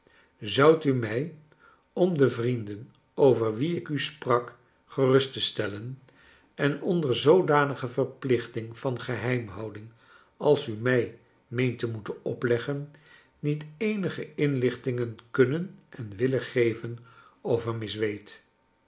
zoudt u mij om de vrienden over wie ik u sprak gerust te stellen en onder zoodanige verplichting van geheimhouding als u mij meent te moeten opleggen niet eenige inlichtingen kunnen en willen geven over miss wade